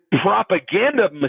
propaganda